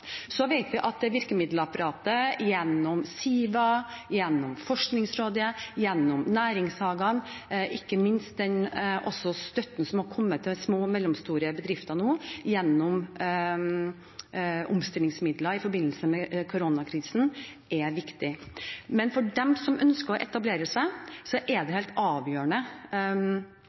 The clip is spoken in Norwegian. Så vet vi at virkemiddelapparatet, gjennom SIVA, gjennom Forskningsrådet, gjennom næringshagene og ikke minst også gjennom den støtten som er kommet til små og mellomstore bedrifter gjennom omstillingsmidler i forbindelse med koronakrisen, er viktig. Men for dem som ønsker å etablere seg, er det helt avgjørende